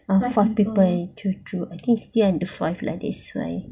five people in the group I think still had to be five like this right